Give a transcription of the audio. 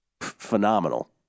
phenomenal